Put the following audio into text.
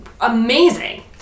amazing